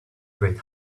great